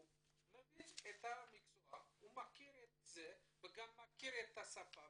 הוא מבין את המקצוע הוא מכיר את זה וגם מכיר את השפה